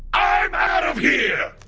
i'm out of here!